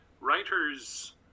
writers